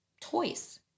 toys